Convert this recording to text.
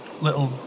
little